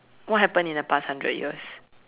what happened in the past hundred years